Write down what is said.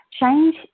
change